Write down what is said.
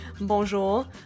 Bonjour